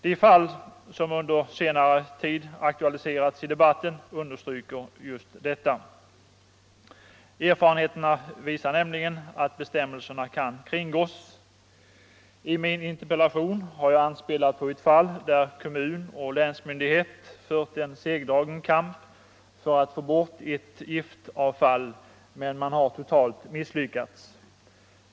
De fall som under senare tid aktualiserats i debatten understryker just detta. Erfarenheterna visar nämligen att bestämmelserna kan kringgås. I min interpellation har jag anspelat på ett fall där kommun och länsmyndighet fört en segdragen kamp för att få bort ett giftavfall, men totalt misslyckats.